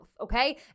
Okay